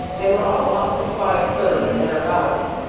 they were all up at five-thirty or thereabouts,